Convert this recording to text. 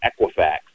Equifax